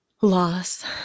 loss